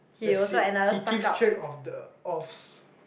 that's it he keeps track of the offs